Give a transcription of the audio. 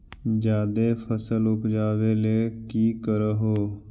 जादे फसल उपजाबे ले की कर हो?